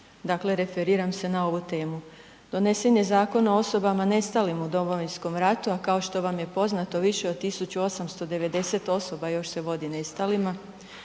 dakle referiram se na ovu temu. Donesen je Zakon o osobama nestalim u Domovinskom ratu, a kao što vam je poznato, više od 1890 osoba još se vodi nestalima.